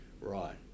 right